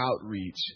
outreach